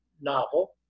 novel